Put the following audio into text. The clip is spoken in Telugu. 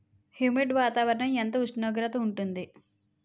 హ్యుమిడ్ వాతావరణం ఎంత ఉష్ణోగ్రత ఉంటుంది?